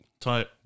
Tight